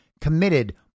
committed